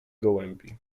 gołębi